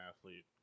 athlete